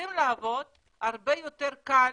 שרוצים לעבוד, הרבה יותר קל